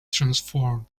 transformed